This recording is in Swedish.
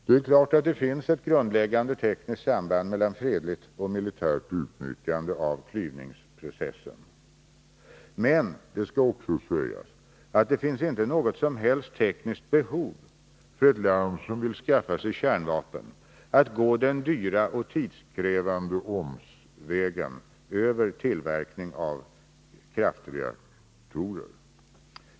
Det är klart att det finns ett grundläggande tekniskt samband mellan fredligt och militärt utnyttjande av klyvningsprocessen, men — det skall också sägas — det finns inte något som helst tekniskt behov för ett land som vill skaffa sig kärnvapen att gå den dyra och tidskrävande omvägen över tillverkning av kraftreaktorer.